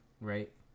right